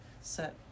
set